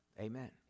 Amen